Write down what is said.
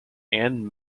ann